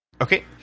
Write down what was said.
Okay